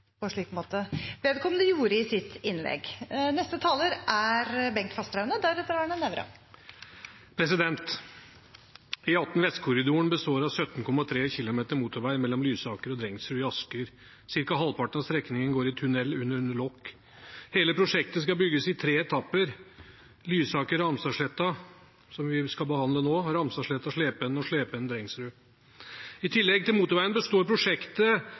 på en slik måte som vedkommende gjorde i sitt innlegg. E18 Vestkorridoren består av 17,3 km motorvei mellom Lysaker og Drengsrud i Asker. Cirka halvparten av strekningen går i tunnel under lokk. Hele prosjektet skal bygges i tre etapper. Det er Lysaker–Ramstadsletta, som vi skal behandle nå, Ramstadsletta–Slependen og Slependen–Drengsrud. I tillegg til motorveien består prosjektet